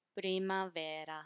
primavera